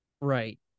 right